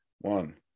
One